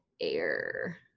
air